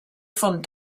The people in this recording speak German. von